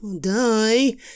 die